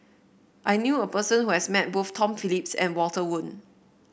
I knew a person who has met both Tom Phillips and Walter Woon